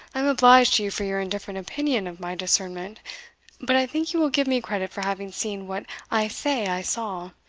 i am obliged to you for your indifferent opinion of my discernment but i think you will give me credit for having seen what i say i saw.